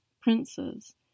princes